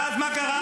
אבל מי חתם על הצו?